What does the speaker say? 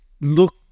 look